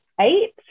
eight